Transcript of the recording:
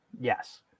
Yes